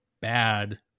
bad